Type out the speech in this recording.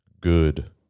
good